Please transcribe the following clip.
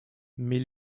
mais